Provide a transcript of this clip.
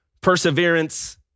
Perseverance